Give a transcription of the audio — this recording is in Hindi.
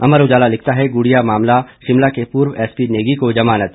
अमर उजाला लिखता है गुड़िया मामला शिमला के पूर्व एसपी नेगी को जमानत